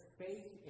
faith